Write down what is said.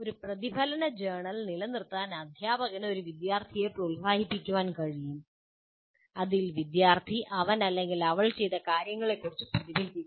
ഒരു പ്രതിഫലന ജേർണൽ നിലനിർത്താൻ അധ്യാപകന് ഒരു വിദ്യാർത്ഥിയെ പ്രോത്സാഹിപ്പിക്കാൻ കഴിയും അതിൽ വിദ്യാർത്ഥി അവൻ അവൾ ചെയ്ത കാര്യങ്ങളെക്കുറിച്ച് പ്രതിഫലിപ്പിക്കുന്നു